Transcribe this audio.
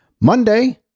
Monday